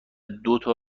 دوتا